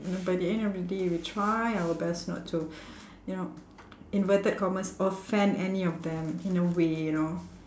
by the end of the day we try our best not to you know inverted commas offend any of them in a way you know